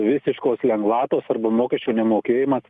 visiškos lengvatos arba mokesčio nemokėjimas